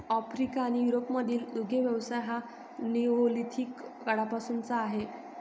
Africa आणि युरोपमधील दुग्ध व्यवसाय हा निओलिथिक काळापासूनचा आहे